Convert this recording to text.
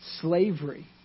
slavery